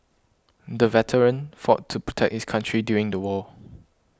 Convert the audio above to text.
the veteran fought to protect his country during the war